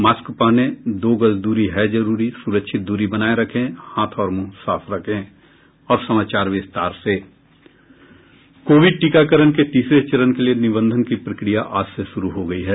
mask पहनें दो गज दूरी है जरूरी सुरक्षित दूरी बनाये रखें हाथ और मुंह साफ रखें कोविड टीकाकरण के तीसरे चरण के लिये निबंधन की प्रक्रिया आज से शुरू हो गई है